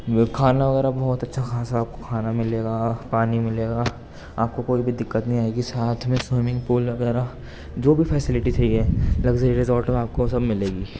کھانا وغیرہ بہت اچھا خاصہ آپ کو کھانا ملے گا پانی ملے گا آپ کو کوئی بھی دقت نہیں آئے گی ساتھ میں سوئمنگ پول وغیرہ جو بھی فیسیلیٹی چاہیے لگژری ریزورٹ میں آپ کو سب ملے گی